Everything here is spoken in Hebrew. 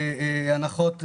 והנחות למיניהן.